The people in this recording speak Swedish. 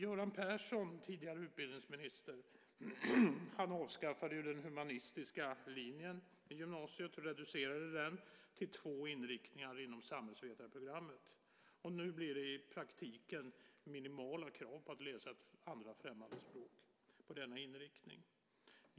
Göran Persson, tidigare utbildningsminister, avskaffade den humanistiska linjen i gymnasiet och reducerade den till två inriktningar inom samhällsvetarprogrammet. Nu blir det i praktiken minimala krav på att läsa ett andra främmande språk på denna inriktning.